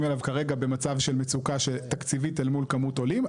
אליו כרגע במצב של מצוקה תקציבית אל מול כמות עולים.